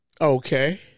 Okay